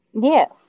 Yes